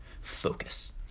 focus